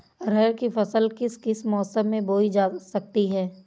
अरहर की फसल किस किस मौसम में बोई जा सकती है?